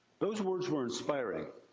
those words were inspiring.